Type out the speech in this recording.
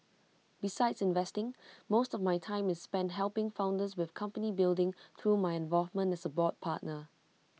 besides investing most of my time is spent helping founders with company building through my involvement as A board partner